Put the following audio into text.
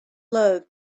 love